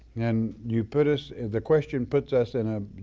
and you put us, the question puts us in a